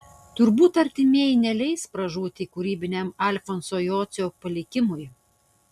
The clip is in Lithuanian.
turbūt artimieji neleis pražūti kūrybiniam alfonso jocio palikimui